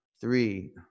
three